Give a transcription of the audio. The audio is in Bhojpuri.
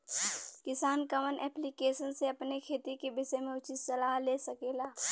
किसान कवन ऐप्लिकेशन से अपने खेती के विषय मे उचित सलाह ले सकेला?